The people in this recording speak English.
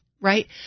right